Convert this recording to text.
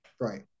Right